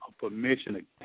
permission